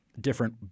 different